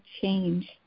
change